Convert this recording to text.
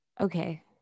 Okay